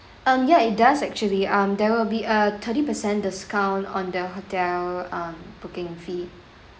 um ya it does actually um there will be a thirty percent discount on the hotel um booking fee